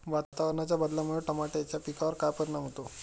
वातावरणाच्या बदलामुळे टमाट्याच्या पिकावर काय परिणाम होतो?